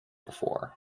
before